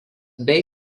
bei